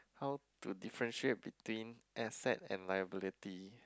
how to differentiate between asset and liability